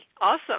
awesome